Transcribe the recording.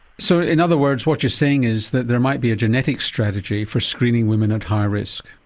so in other words what you're saying is that there might be a genetic strategy for screening women at high risk?